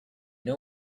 know